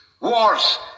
wars